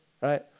right